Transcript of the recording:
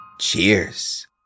Cheers